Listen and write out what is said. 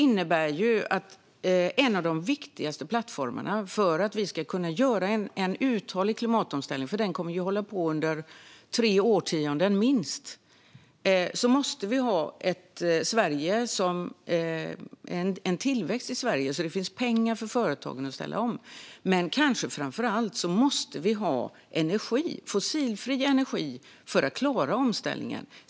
För att vi ska kunna göra en uthållig klimatomställning - den kommer ju att hålla på under minst tre årtionden - måste vi ha en tillväxt i Sverige, så att det finns pengar för företagen så att de kan ställa om. Men kanske framför allt måste vi ha energi, fossilfri energi, för att klara omställningen.